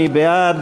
מי בעד?